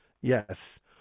yes